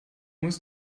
muss